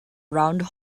round